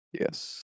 Yes